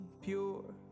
pure